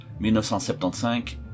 1975